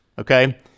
okay